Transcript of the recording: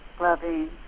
loving